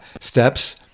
steps